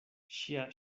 ŝia